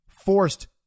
forced